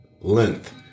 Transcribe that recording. length